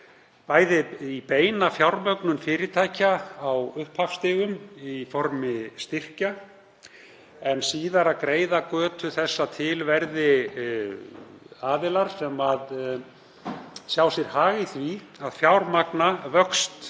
bæði beina fjármögnun fyrirtækja á upphafsstigum í formi styrkja en síðar að greiða götu þess að til verði aðilar sem sjá sér hag í því að fjármagna vöxt